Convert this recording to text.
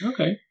Okay